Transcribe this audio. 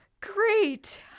Great